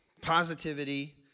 positivity